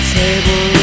table